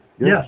Yes